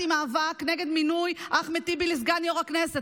מאבק נגד מינוי אחמד טיבי לסגן יו"ר הכנסת.